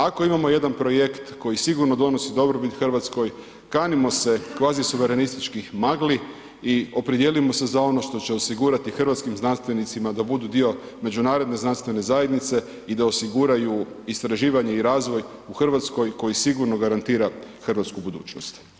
Ako imamo jedan projekt koji sigurno donosi dobrobit Hrvatskoj, kanimo se kvazisuverenističkih magli i opredijelimo se za ono što će osigurati hrvatskim znanstvenicima da budu dio međunarodne znanstvene zajednice i da osiguraju istraživanje i razvoj u Hrvatskoj koji sigurno garantira hrvatsku budućnost.